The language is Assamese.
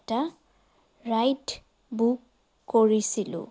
এটা ৰাইড বুক কৰিছিলোঁ